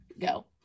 Go